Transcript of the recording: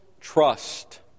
trust